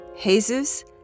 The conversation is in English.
Jesus